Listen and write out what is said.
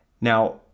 Now